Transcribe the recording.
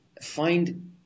find